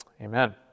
Amen